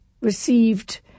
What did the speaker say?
received